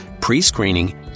pre-screening